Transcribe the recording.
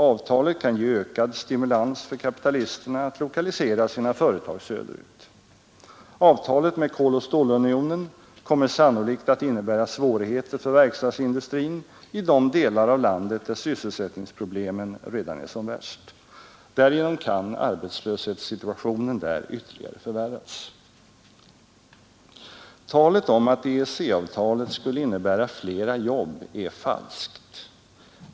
Avtalet kan ge ökad stimulans för kapitalisterna att lokalisera sina företag söderut. Avtalet med Koloch stålunionen kommer sannolikt att innebära svårigheter för verkstadsindustrin i delar av landet där sysselsättningsproblemen redan är som värst. Därigenom kan arbetslöshetssituationen där ytterligare förvärras. Talet om att EEC-avtalet skulle innebära flera jobb är falskt.